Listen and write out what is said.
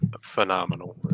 phenomenal